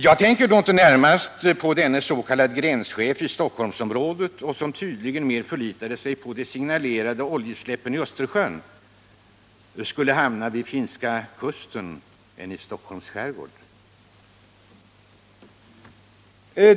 Jag tänker då inte närmast på denne s.k. gränschef i Stockholmsområdet, som tydligen mer förlitade sig på att de signalerade oljeutsläppen i Östersjön skulle hamna vid finska kusten än i Stockholms skärgård.